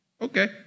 okay